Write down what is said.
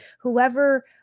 whoever